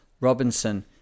Robinson